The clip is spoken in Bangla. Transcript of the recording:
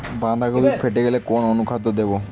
বাঁধাকপি ফেটে গেলে কোন অনুখাদ্য দেবো?